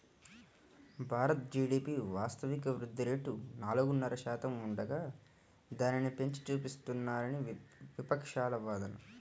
Bharat GDP వాస్తవిక వృద్ధి rate నాలుగున్నర శాతం ఉండగా దానిని పెంచి చూపిస్తున్నారని విపక్షాల వాదన